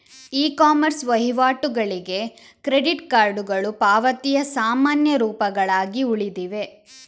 E commerce ವಹಿವಾಟುಗಳಿಗೆ credit ಕಾರ್ಡುಗಳು ಪಾವತಿಯ ಸಾಮಾನ್ಯ ರೂಪಗಳಾಗಿ ಉಳಿದಿವೆ